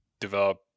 develop